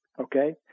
Okay